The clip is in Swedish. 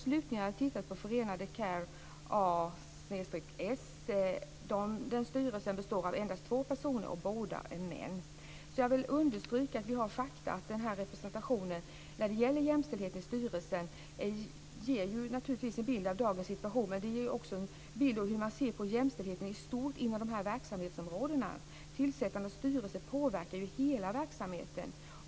Slutligen har jag tittat på Förenade Care A/S styrelse, som består av två personer - båda män. Jag vill understryka att det finns fakta att representationen i styrelserna ger en bild av dagens situation i fråga om jämställdhet. Den ger också en bild av hur man ser på jämställdheten i stort inom de här verksamhetsområdena. Tillsättandet av styrelser påverkar hela verksamheten.